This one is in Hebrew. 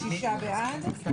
שישה בעד.